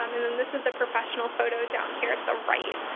um and then this is a professional photo down here at the right.